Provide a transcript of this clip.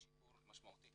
יש שיפור משמעותי